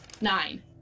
Nine